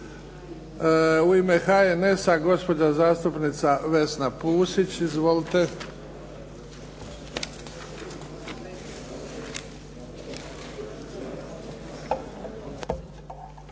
U ime HNS-a, gospođa zastupnica Vesna Pusić. Izvolite.